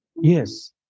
Yes